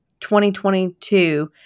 2022